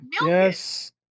Yes